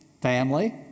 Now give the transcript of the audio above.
family